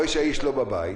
יראה שהאיש לא בבית,